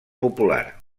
popular